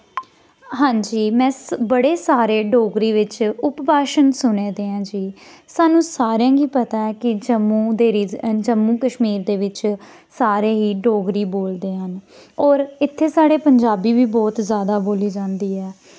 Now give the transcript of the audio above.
हां जी में स बड़े सारे डोगरी बिच्च उप भाशन सुने दे ऐं जी सानू सारें गी पता ऐ कि जम्मू दे रिज जम्मू कश्मीर दे बिच्च सारे ही डोगरी बोलदे हैन होर इत्थे साढ़े पंजाबी बी बोह्त ज्यादा बोली जन्दी ऐ